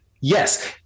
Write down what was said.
yes